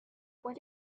what